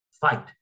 fight